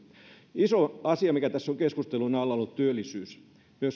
iso asia mikä tässä on ollut keskustelun alla on työllisyys